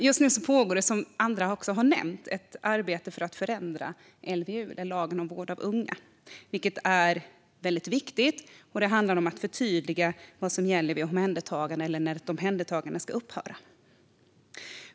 Just nu pågår, som andra också har nämnt, ett arbete för att förändra LVU, lagen om vård av unga. Detta är väldigt viktigt. Det handlar om att förtydliga vad som gäller vid omhändertagande eller när ett omhändertagande ska upphöra.